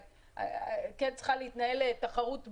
כן צריכה להתנהל תחרות בריאה,